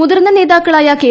മുതിർന്ന നേതാക്കളായ കെ